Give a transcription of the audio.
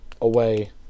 away